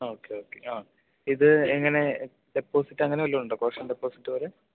okay okay ആ ഇത് എങ്ങനെ ഡെപ്പോസിറ്റ് അങ്ങനെ വല്ലതും ഉണ്ടോ കോഷൻ ഡെപ്പോസിറ്റ് പോലെ